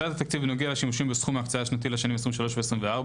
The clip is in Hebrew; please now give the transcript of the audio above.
הצעת התקציב בנוגע לשימושים בסכום ההקצאה השנתי לשנים 2023 ו-2024.